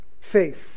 faith